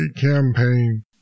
campaign